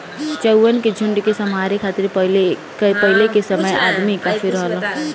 चउवन के झुंड के सम्हारे खातिर पहिले के समय अदमी ही काफी रहलन